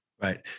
Right